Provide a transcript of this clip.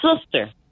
sister